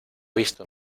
visto